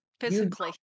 Physically